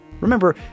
Remember